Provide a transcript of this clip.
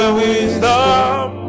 wisdom